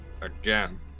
again